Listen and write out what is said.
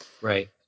Right